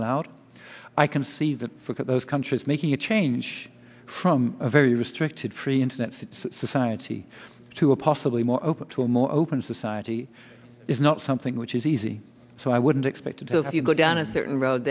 allowed i can see that for those countries making a change from a very restricted free internet society to a possibly more open to a more open society is not something which is easy so i wouldn't expect to see you go down a certain ro